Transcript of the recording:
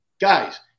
Guys